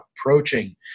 approaching